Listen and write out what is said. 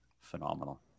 phenomenal